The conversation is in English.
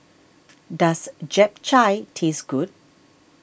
does Japchae taste good